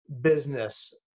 business